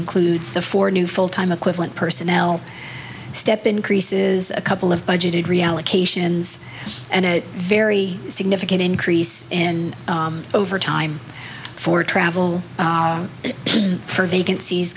includes the four new full time equivalent personnel step increases a couple of budgeted reallocations and a very significant increase in overtime for travel for vacancies